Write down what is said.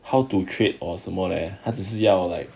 how to trade or some more leh 他只是要 like